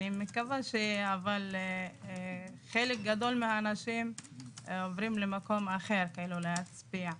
אבל חלק גדול מהאנשים עוברים למקום אחר להצביע.